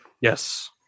Yes